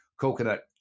Coconut